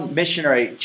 missionary